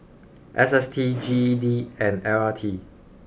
S S T G E D and L R T